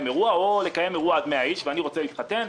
אירוע או לקיים אירוע עד 100 איש ואני רוצה להתחתן,